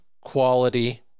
quality